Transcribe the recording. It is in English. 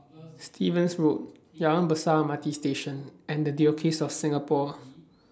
Stevens Road Jalan Besar M R T Station and The Diocese of Singapore